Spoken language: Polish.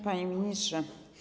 Panie Ministrze!